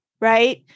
right